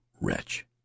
wretch